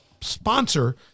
sponsor